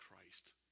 Christ